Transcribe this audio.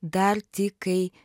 dar tik kai